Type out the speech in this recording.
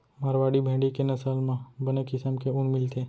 मारवाड़ी भेड़ी के नसल म बने किसम के ऊन मिलथे